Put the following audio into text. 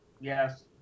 Yes